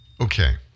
okay